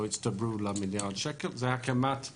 הצטבר למיליארד שקל זה הקמת המוסדות.